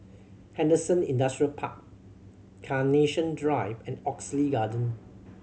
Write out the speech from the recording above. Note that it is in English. Henderson Industrial Park Carnation Drive and Oxley Garden